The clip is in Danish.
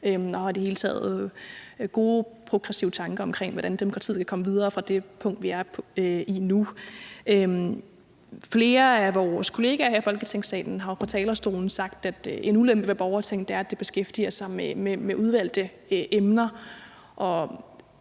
og har i det hele taget gode progressive tanker omkring, hvordan demokratiet kan komme videre fra det punkt, hvor vi er nu. Flere af vores kollegaer her i Folketingssalen har jo på talerstolen sagt, at en ulempe ved borgertinget er, at det beskæftiger sig med udvalgte emner.